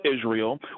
Israel